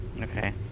Okay